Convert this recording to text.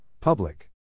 Public